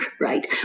Right